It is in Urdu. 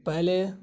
پہلے